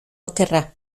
okerra